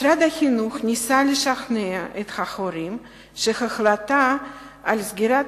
משרד החינוך ניסה לשכנע את ההורים שההחלטה על סגירת